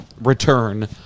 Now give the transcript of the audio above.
return